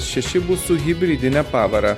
šeši bus su hibridine pavara